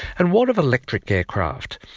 and what of electric aircraft?